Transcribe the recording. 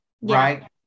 right